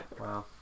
wow